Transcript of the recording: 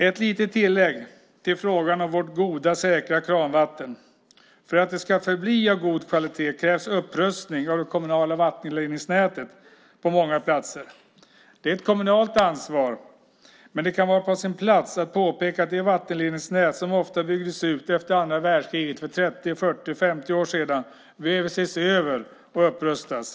Ett litet tillägg till frågan om vårt goda och säkra kranvatten. För att det ska förbli av god kvalitet krävs upprustning av det kommunala vattenledningsnätet på många platser. Det är ett kommunalt ansvar, men det kan vara på sin plats att påpeka att de vattenledningsnät som ofta byggdes ut efter andra världskriget för 30-50 år sedan behöver ses över och upprustas.